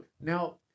Now